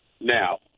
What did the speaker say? now